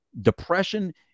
Depression